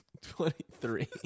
twenty-three